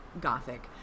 gothic